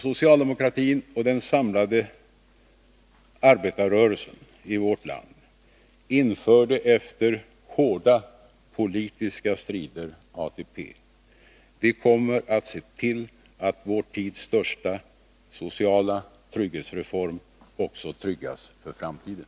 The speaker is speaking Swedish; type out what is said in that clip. Socialdemokratin och den samlade arbetarrörelsen i vårt land införde efter hårda politiska strider ATP. Vi kommer att se till att vår tids största sociala trygghetsreform också tryggas för framtiden.